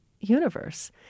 universe